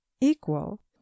equal